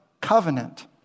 covenant